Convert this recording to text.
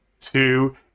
two